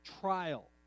trial